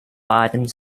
items